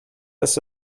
ist